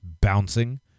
bouncing